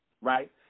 right